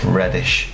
reddish